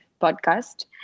podcast